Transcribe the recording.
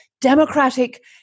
democratic